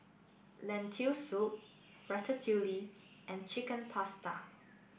Lentil Soup Ratatouille and Chicken Pasta